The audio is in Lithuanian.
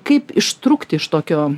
kaip ištrūkti iš tokio